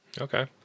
Okay